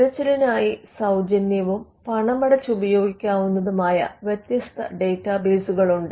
തിരച്ചിലിനായി സൌജന്യവും പണമടച്ച് ഉപയോഗിക്കാവുന്നതുമായ വ്യത്യസ്ത ഡാറ്റാബേസുകൾ ഉണ്ട്